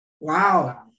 Wow